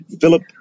Philip